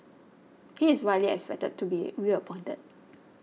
he is widely expected to be reappointed